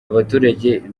abaturage